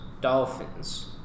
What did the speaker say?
Dolphins